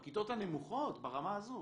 בכיתות הנמוכות, ברמה הזו.